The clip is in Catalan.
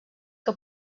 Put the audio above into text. que